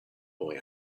boy